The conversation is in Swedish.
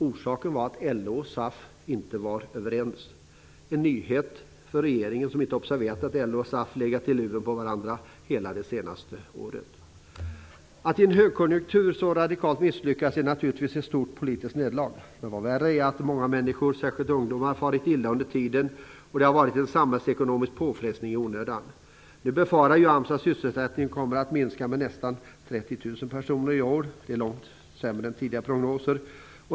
Orsaken var att LO och SAF inte var överens; en nyhet för regeringen, som inte observerat att LO och SAF legat i luven på varandra hela det senaste året! Att i en högkonjunktur så radikalt misslyckas är naturligtvis ett stort politiskt nederlag. Men värre är att många människor, särskilt ungdomar, farit illa under tiden. Det har varit en samhällsekonomisk påfrestning i onödan. Nu befarar AMS att sysselsättningen kommer att minska med nästan 30 000 personer i år. Det är långt sämre än tidigare prognoser.